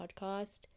podcast